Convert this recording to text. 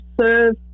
serve